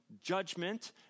judgment